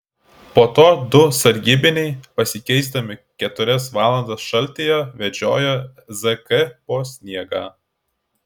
po to du sargybiniai pasikeisdami keturias valandas šaltyje vedžiojo zk po sniegą